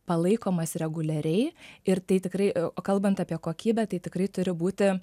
palaikomas reguliariai ir tai tikrai o kalbant apie kokybę tai tikrai turi būti